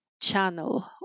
channel